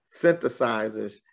synthesizers